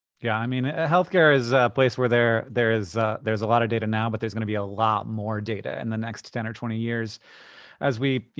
yeah, i mean, ah healthcare is a place where there's there's a lot of data now, but there's gonna be a lot more data in the next ten or twenty years as we,